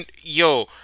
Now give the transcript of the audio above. Yo